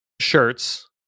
Shirts